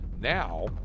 Now